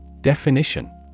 Definition